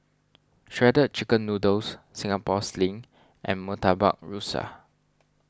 Shredded Chicken Noodles Singapore Sling and Murtabak Rusa